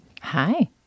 Hi